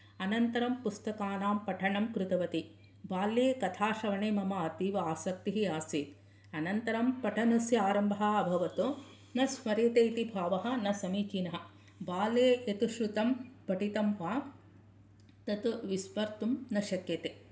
अनन्तरं पुस्तकानां पठनं कृतवती बाल्ये कथा श्रवणे मम अतीव आसक्तिः आसीत् अनन्तरं पठनस्य आरम्भः अभवत् न स्मर्यते इति भावः न समीचिनः बाल्ये यत् श्रूतं पठितं वा तत् विस्मृतुं न शक्यते